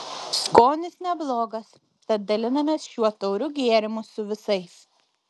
skonis neblogas tad dalinamės šiuo tauriu gėrimu su visais